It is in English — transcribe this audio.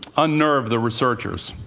unnerved the researchers.